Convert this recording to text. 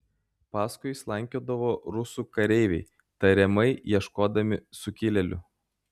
paskui slankiodavo rusų kareiviai tariamai ieškodami sukilėlių